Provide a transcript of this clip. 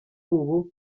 ubu